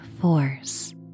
force